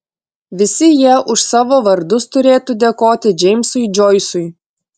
visi jie už savo vardus turėtų dėkoti džeimsui džoisui